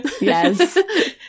Yes